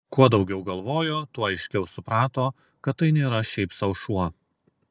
kuo daugiau galvojo tuo aiškiau suprato kad tai nėra šiaip sau šuo